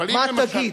מה תגיד?